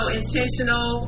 intentional